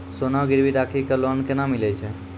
सोना गिरवी राखी कऽ लोन केना मिलै छै?